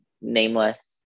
nameless